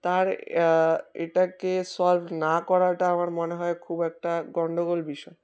তার এটাকে সলভ না করাটা আমার মনে হয় খুব একটা গণ্ডগোল বিষয়